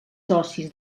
socis